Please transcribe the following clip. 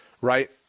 right